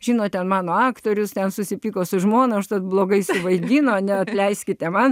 žinote mano aktorius ten susipyko su žmona užtat blogais aš vaidino ne leiskite man